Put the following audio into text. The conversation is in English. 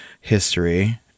history